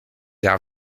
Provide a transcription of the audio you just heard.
out